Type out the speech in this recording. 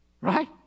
right